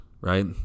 right